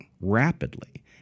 rapidly